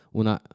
una